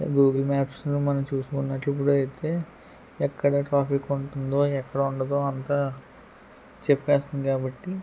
Google మ్యాప్స్లో మనం చూసుకున్నట్ల కూడా అయితే ఎక్కడ ట్రాఫిక్ ఉంటుందో ఎక్కడ ఉండదో అంత చెప్పేస్తుంది కాబట్టి